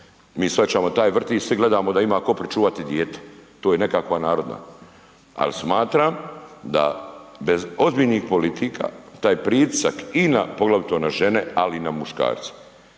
Mi shvaćamo taj vrtić svi gledamo da ima tko pričuvati dijete, to je nekakva narodna, ali smatram da bez ozbiljnih politika taj pritisak i na poglavito na žene, ali i na muškarce.